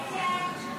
לא